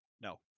No